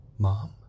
Mom